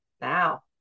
Now